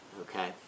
okay